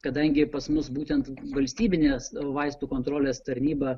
kadangi pas mus būtent valstybinės vaistų kontrolės tarnyba